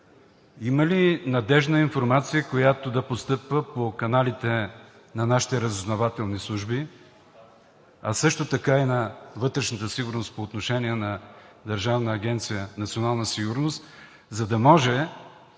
Има ли надеждна информация, която да постъпва по каналите на нашите разузнавателни служби, а също така и на вътрешната сигурност по отношение на Държавна агенция „Национална сигурност“, за да може,